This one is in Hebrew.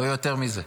לא יותר מזה.